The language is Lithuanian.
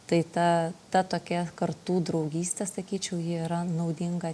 tai ta ta tokia kartų draugystė sakyčiau ji yra naudinga